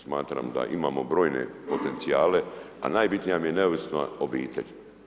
Smatram da imamo brojne potencijale, a najbitnija mi je neovisna obitelj.